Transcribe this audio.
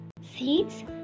seeds